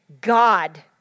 God